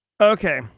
Okay